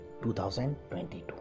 2022